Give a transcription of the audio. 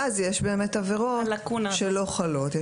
ואז יש באמת עבירות שלא חלות.